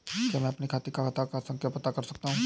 क्या मैं अपने खाते का खाता संख्या पता कर सकता हूँ?